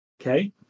Okay